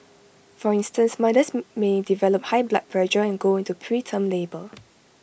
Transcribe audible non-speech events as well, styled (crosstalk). for instance mothers (hesitation) may develop high blood pressure and go into preterm labour